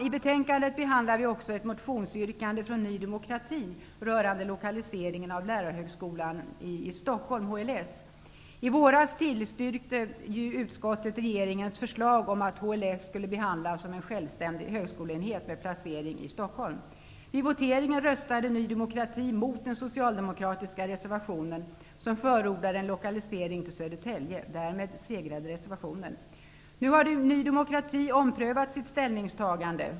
I betänkandet behandlar vi också ett motionsyrkande från Ny demokrati rörande lokalisering av Lärarhögskolan i Stockholm, HLS. I våras tillstyrkte utskottet regeringens förslag om att HLS skulle behandlas som en självständig högskoleenhet med placering i Stockholm. Vid voteringen röstade Ny demokrati med den socialdemokratiska reservationen som förordade en lokalisering till Södertälje. Därmed segrade reservationen. Nu har Ny demokrati omprövat sitt ställningstagande.